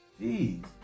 Jeez